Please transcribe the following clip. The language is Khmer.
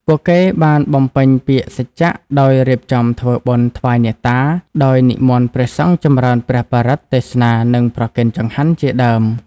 ពួកគេបានបំពេញពាក្យសច្ចៈដោយរៀបចំធ្វើបុណ្យថ្វាយអ្នកតា ដោយនិមន្តព្រះសង្ឃចម្រើនព្រះបរិត្ត ទេសនា និងប្រគេនចង្ហាន់ជាដើម ។